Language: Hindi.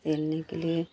सिलने के लिए